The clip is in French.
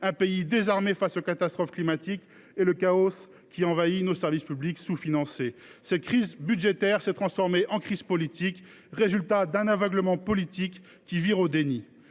un pays désarmé face aux catastrophes climatiques et le chaos qui envahit nos services publics sous financés. Cette crise budgétaire s’est transformée en crise politique, résultat d’un aveuglement politique qui vire au déni.